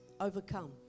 overcome